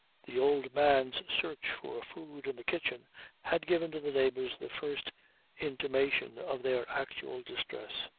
the old man's search for food in the kitchen had given to the neighbors the first intimation of their actual distress,